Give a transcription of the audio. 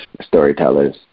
storytellers